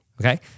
okay